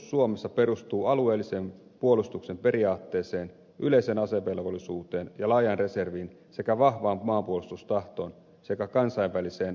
maanpuolustus suomessa perustuu alueellisen puolustuksen periaatteeseen yleiseen asevelvollisuuteen ja laajaan reserviin sekä vahvaan maanpuolustustahtoon ja kansainväliseen sotilaalliseen yhteistyöhön